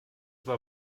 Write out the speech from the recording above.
war